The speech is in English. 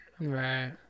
Right